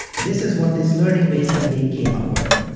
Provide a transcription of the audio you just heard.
this is what this learning-based technique came up with.